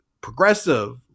progressive